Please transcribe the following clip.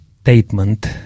statement